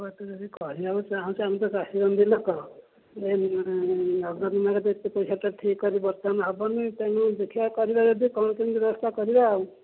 ପୁଅ ତୁ ଯଦି କରିବାକୁ ଚାହୁଁଛୁ ଆମେ ତ ଚାଷୀ ବନ୍ଦି ଲୋକ ନଗଦ ନଗଦ ଏତେ ପଇସା ତ ଠିକ୍ କରି ହବନି ଦେଖିବା କରିବା ଯଦି କଁ କିମିତି ବ୍ୟବସ୍ଥା କରିବା ଆଉ